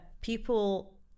people